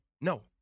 No